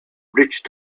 reached